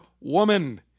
woman